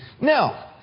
Now